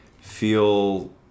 feel